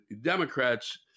Democrats